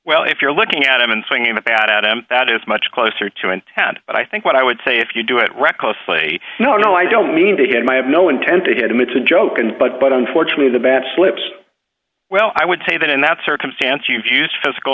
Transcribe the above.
well if you're looking at him and swinging a bat at him that is much closer to intent but i think what i would say if you do it recklessly no no i don't mean to him i have no intent to hit him it's a joke and but but unfortunately the bat slips well i would say that in that circumstance you've used physical